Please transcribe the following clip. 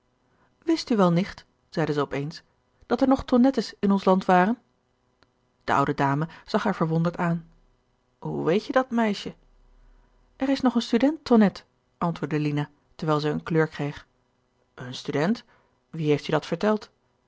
wist u wel nicht zeide zij op eens dat er nog tonnettes in ons land waren de oude dame zag haar verwonderd aan hoe weet je dat meisje er is nog een student tonnette antwoordde lina terwijl zij een kleur kreeg een student wie heeft je dat verteld